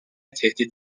tehdit